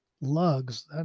lugs